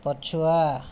ପଛୁଆ